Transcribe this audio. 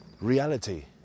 reality